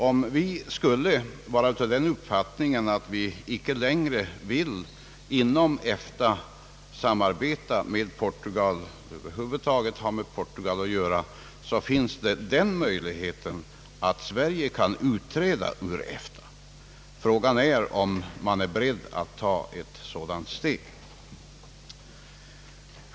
Om vi skulle vara av den uppfattningen, att vi inte längre vill inom EFTA samarbeta med Portugal eller över huvud taget ha med Portugal att göra, finns den möjligheten att Sverige utträder ur EFTA. Frågan är, om man är beredd att ta ett sådant steg.